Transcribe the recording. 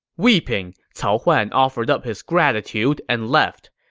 weeping, cao huan offered up his gratitude and left.